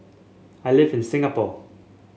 I live in Singapore